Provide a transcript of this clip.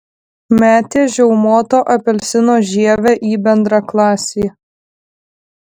metė žiaumoto apelsino žievę į bendraklasį